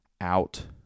out